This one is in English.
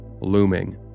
looming